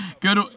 Good